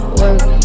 work